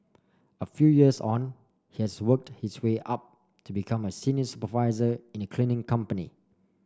a few years on he has worked his way up to become a senior supervisor in a cleaning company